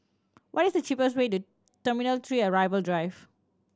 what is the cheapest way to Teminal Three Arrival Drive